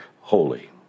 holy